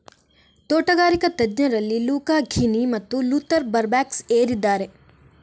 ತೋಟಗಾರಿಕಾ ತಜ್ಞರಲ್ಲಿ Luca Ghini ಮತ್ತು ಲೂಥರ್ ಬರ್ಬ್ಯಾಂಕ್ಸ್ ಏರಿದ್ದಾರೆ